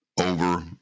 over